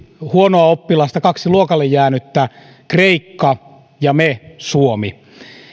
huonoa oppilasta kaksi luokalle jäänyttä kreikka ja me suomi